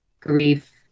grief